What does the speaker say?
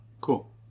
Cool